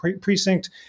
precinct